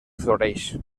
floreix